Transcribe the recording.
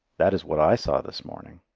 that is what i saw this morning.